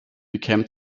became